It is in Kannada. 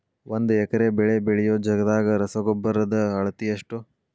ಒಂದ್ ಎಕರೆ ಬೆಳೆ ಬೆಳಿಯೋ ಜಗದಾಗ ರಸಗೊಬ್ಬರದ ಅಳತಿ ಎಷ್ಟು?